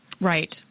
right